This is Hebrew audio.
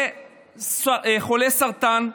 חולה סרטן,